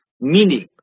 meaning